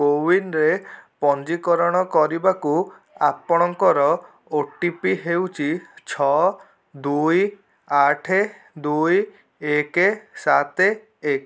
କୋୱିନ୍ରେ ପଞ୍ଜୀକରଣ କରିବାକୁ ଆପଣଙ୍କର ଓ ଟି ପି ହେଉଛି ଛଅ ଦୁଇ ଆଠ ଦୁଇ ଏକ ସାତ ଏକ